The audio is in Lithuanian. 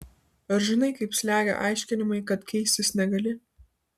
ar žinai kaip slegia aiškinimai kad keistis negali